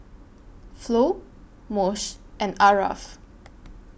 Flo Moshe and Aarav